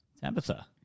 Tabitha